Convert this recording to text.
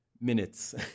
minutes